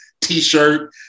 t-shirt